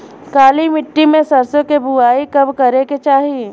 काली मिट्टी में सरसों के बुआई कब करे के चाही?